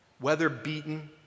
weather-beaten